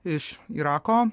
iš irako